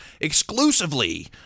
exclusively